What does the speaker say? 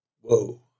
Whoa